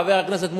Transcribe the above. חבר הכנסת מולה,